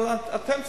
אבל אתם צריכים,